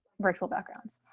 virtual backgrounds.